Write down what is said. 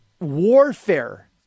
warfare